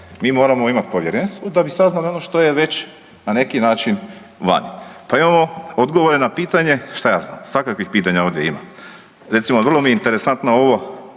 Mi moramo imati povjerenstvo da bi saznali ono što je već na neki način vani. Pa imamo odgovore na pitanje, šta ja znam svakakvih pitanja ovdje ima, recimo vrlo mi je interesantno što